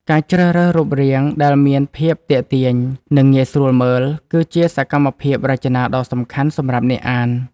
ការជ្រើសរើសរូបរាង ដែលមានភាពទាក់ទាញ និងងាយស្រួលមើល គឺជាសកម្មភាពរចនាដ៏សំខាន់សម្រាប់អ្នកអាន។